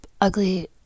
ugly